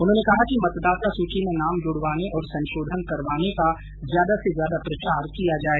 उन्होंने कहा कि मतदाता सूची में नाम जुड़वाने और संशोधन करवाने का ज्यादा से ज्यादा प्रचार किया जाए